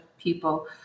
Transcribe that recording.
people